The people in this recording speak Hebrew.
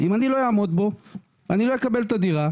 אם אני לא אעמוד בו אני לא אקבל את הדירה,